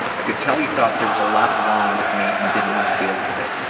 ah could tell he thought there was a lot wrong with me and didn't want to deal with it.